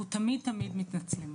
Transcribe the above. אנחנו תמיד מתנצלים.